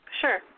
Sure